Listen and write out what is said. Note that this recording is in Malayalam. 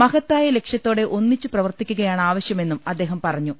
മഹത്തായ ലക്ഷ്യത്തോടെ ഒന്നിച്ച് പ്രവർത്തിക്കുകയാണ് ആവശ്യമെന്നും അദ്ദേഹം പറഞ്ഞു